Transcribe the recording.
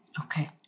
Okay